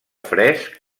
fresc